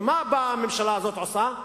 ומה באה הממשלה הזאת ועושה?